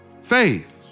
Faith